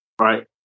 Right